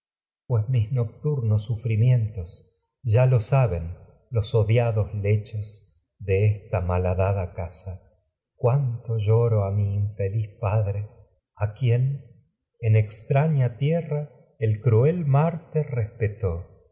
pues mis nocturnos sufrimientos malhadada ya odiados mi infe lechos liz de esta casa cuánto lloro padre a quien en extraña tierra el cruel marte